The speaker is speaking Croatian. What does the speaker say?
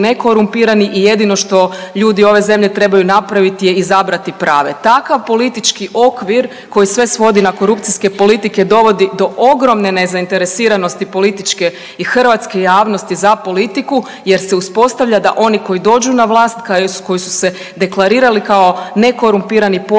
i jedino što ljudi ove zemlje trebaju napraviti je izabrati prave. Takav politički okvir koji sve svodi na korupcijske politike dovodi do ogromne nezainteresiranosti političke i hrvatske javnosti za politiku jer se uspostavlja da oni koji dođu na vlast, koji su se deklarirali kao nekorumpiran i pošteni